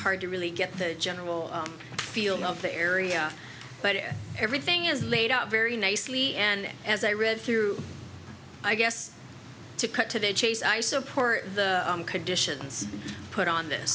hard to really get the general feel of the area but everything is laid out very nicely and as i read through i guess to cut to the chase i support the conditions put on